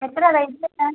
എത്രയാണ് റേറ്റ് വരുന്നത്